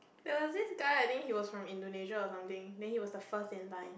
there was this guy I think he was from Indonesia or something then he was the first in line